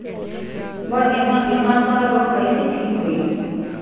बड गेहूँवा गेहूँवा क रोग कईसे ठीक होई?